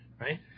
right